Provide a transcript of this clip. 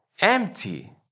empty